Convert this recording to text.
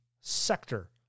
sector